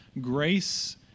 Grace